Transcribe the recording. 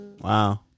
Wow